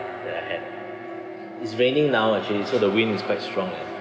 ya and it's raining now actually so the wind is quite strong eh